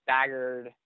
staggered